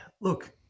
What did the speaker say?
Look